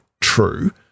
true